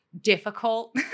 difficult